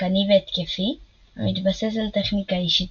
הרפתקני והתקפי המתבסס על טכניקה אישית